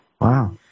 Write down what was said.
Wow